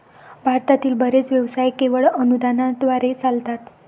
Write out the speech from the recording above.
भारतातील बरेच व्यवसाय केवळ अनुदानाद्वारे चालतात